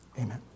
Amen